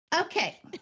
Okay